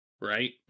right